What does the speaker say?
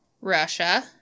Russia